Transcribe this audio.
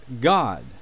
God